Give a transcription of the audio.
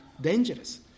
dangerous